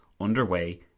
underway